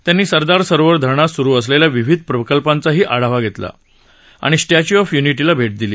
त्यांनी सरदार सरोवर धरणात सुरु असलेल्या विविध प्रकल्पांचा आढावा घेतला आणि स्टॅच् ऑफ य्निटीला भेट दिली